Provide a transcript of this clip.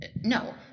No